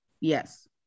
Yes